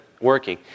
working